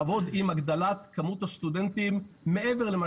לעבוד עם הגדלת כמות הסטודנטים מעבר למה